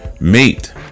mate